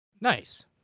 nice